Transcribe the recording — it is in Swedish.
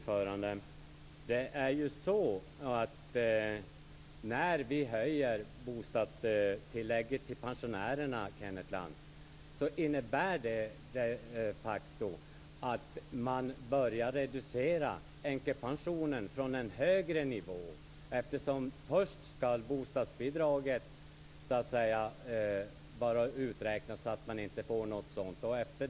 Fru talman! Ett höjt bostadstillägg till pensionärerna, Kenneth Lantz, innebär de facto att änkepensionen reduceras från en högre nivå. Först skall bostadsbidraget vara uträknat.